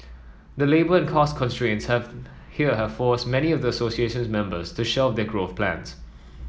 the labour and cost constraints have here have forced many of the association's members to shelf their growth plans